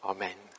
Amen